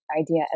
idea